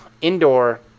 indoor